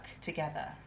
together